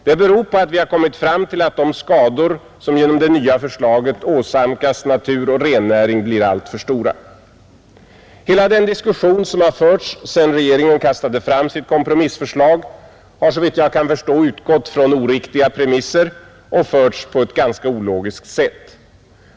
Det beror på att vi har kommit fram till att de skador som genom det nya förslaget åsamkas natur och rennäring blir alltför stora. Hela diskussionen sedan regeringen kastade fram sitt kompromissförslag har såvitt jag kan förstå utgått från oriktiga premisser och förts på ett ganska ologiskt sätt.